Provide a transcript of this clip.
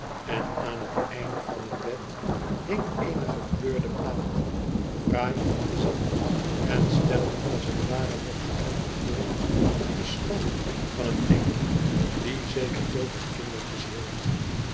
n aan het einde van het bed hing eene gekleurde plaat fraai om te zien en stelde als het ware nog een johnny voor op den schoot van een engel die zeker veel van kindertjes hield